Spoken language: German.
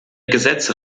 gesetze